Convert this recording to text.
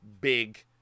big